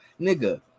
nigga